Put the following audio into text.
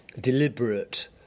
deliberate